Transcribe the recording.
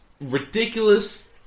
ridiculous